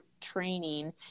training